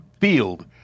field